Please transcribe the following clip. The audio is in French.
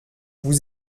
vous